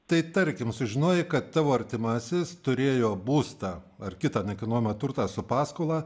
tai tarkim sužinojai kad tavo artimasis turėjo būstą ar kitą nekilnojamą turtą su paskola